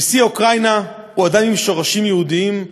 נשיא אוקראינה הוא אדם עם שורשים יהודיים,